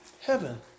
Heaven